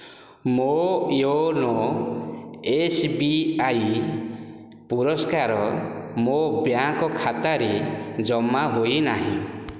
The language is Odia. ମୋ ୟୋନୋ ଏସ୍ ବି ଆଇ ପୁରସ୍କାର ମୋ ବ୍ୟାଙ୍କ୍ ଖାତାରେ ଜମା ହୋଇନାହିଁ